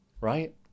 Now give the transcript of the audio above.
right